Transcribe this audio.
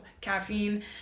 caffeine